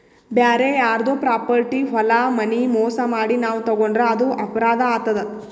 ಬ್ಯಾರೆ ಯಾರ್ದೋ ಪ್ರಾಪರ್ಟಿ ಹೊಲ ಮನಿ ಮೋಸ್ ಮಾಡಿ ನಾವ್ ತಗೋಂಡ್ರ್ ಅದು ಅಪರಾಧ್ ಆತದ್